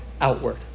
outward